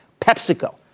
PepsiCo